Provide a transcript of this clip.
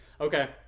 Okay